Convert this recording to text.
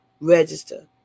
register